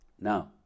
Now